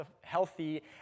healthy